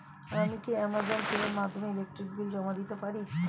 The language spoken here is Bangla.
আমি কি অ্যামাজন পে এর মাধ্যমে ইলেকট্রিক বিল জমা দিতে পারি?